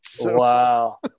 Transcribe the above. Wow